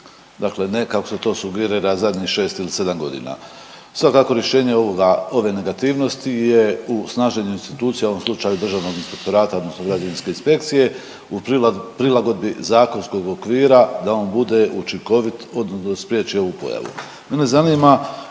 dakle ne kako se to sugerira zadnjih 6 ili 7.g.. Svakako rješenje ovoga, ove negativnosti je u snaženju institucija, u ovom slučaju Državnog inspektorata odnosno građevinske inspekcije u prilagodbi zakonskog okvira da on bude učinkovit odnosno da spriječi ovu pojavu.